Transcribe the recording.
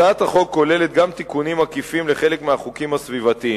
הצעת החוק כוללת גם תיקונים עקיפים לחלק מהחוקים הסביבתיים.